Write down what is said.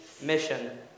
mission